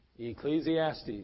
Ecclesiastes